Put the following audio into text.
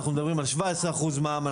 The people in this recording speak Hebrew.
אנחנו מדברים על 17% מע"מ,